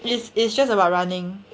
is is just about running